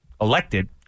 elected